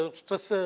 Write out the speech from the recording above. stress